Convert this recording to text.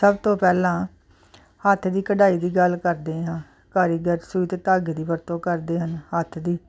ਸਭ ਤੋਂ ਪਹਿਲਾਂ ਹੱਥ ਦੀ ਕਢਾਈ ਦੀ ਗੱਲ ਕਰਦੇ ਹਾਂ ਕਾਰੀਗਰ ਸੂਈ ਅਤੇ ਧਾਗੇ ਦੀ ਵਰਤੋਂ ਕਰਦੇ ਹਨ ਹੱਥ ਦੀ